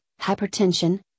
hypertension